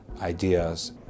ideas